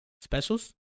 Specials